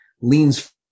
leans